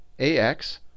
AX